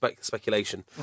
speculation